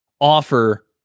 Offer